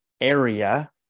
area